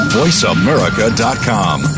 voiceamerica.com